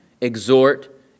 exhort